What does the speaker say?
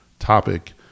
topic